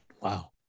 Wow